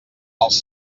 els